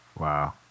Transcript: Wow